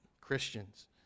Christians